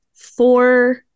four